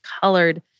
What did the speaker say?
colored